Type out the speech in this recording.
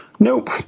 Nope